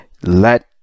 let